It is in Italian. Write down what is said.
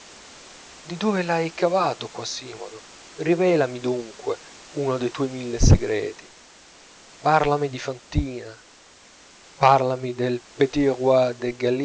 di dove l'hai cavato quasimodo rivelami dunque uno dei tuoi mille segreti parlami di fantina parlami del